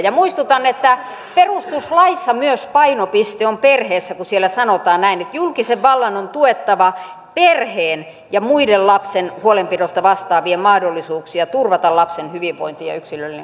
ja muistutan että myös perustuslaissa painopiste on perheessä kun siellä sanotaan näin että julkisen vallan on tuettava perheen ja muiden lapsen huolenpidosta vastaavien mahdollisuuksia turvata lapsen hyvinvointi ja yksilöllinen kasvu